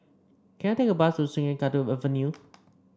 can I take a bus to Sungei Kadut Avenue